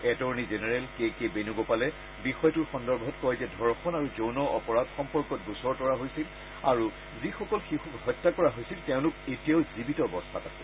attorney general K K বেণুগোপালে বিষয়টোৰ সন্দৰ্ভত কয় যে ধৰ্ষণ আৰু যৌন অপৰাধসম্পৰ্কত গোচৰ তৰা হৈছিল আৰু যিসকল শিশুক হত্যা কৰা হৈছিল তেওঁলোক এতিয়াও জীৱিত অৱস্থাত আছে